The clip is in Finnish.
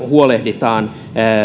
huolehditaan